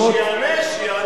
שיענה.